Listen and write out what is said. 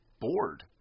bored